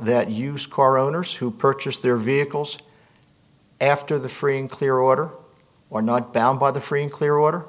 that used car owners who purchased their vehicles after the free and clear order or not bound by the free and clear order